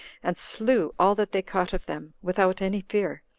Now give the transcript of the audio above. and slew all that they caught of them, without any fear,